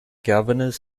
governors